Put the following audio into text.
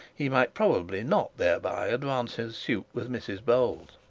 he might probably not thereby advance his suit with mrs bold.